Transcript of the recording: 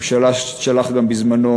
הוא שלח גם בזמנו